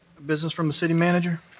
business from the city manager.